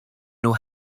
nhw